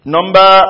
Number